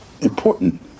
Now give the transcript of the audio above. important